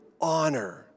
honor